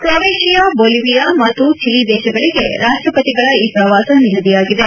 ಕೊವೇಷಿಯಾ Bolivia ಮತ್ತು Chile ದೇಶಗಳಿಗೆ ರಾಷ್ಟಪತಿಗಳ ಈ ಪ್ರವಾಸ ನಿಗದಿಯಾಗಿದೆ